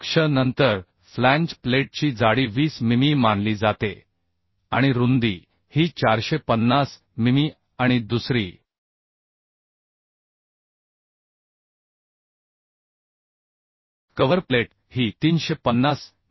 अक्ष नंतर फ्लॅंज प्लेटची जाडी 20 मिमी मानली जाते आणि रुंदी ही 450 मिमी आणि दुसरी कव्हर प्लेट ही 350 मि